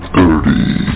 Thirty